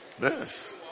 yes